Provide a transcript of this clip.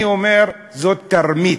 אני אומר: זאת תרמית.